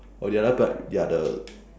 or the other part they are the